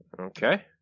Okay